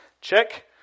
Check